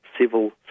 civil